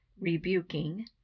rebuking